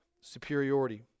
superiority